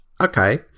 Okay